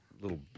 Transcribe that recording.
little